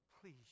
please